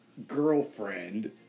girlfriend